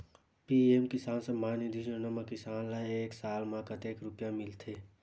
PM किसान सम्मान निधी योजना म किसान ल एक साल म कतेक रुपिया मिलथे?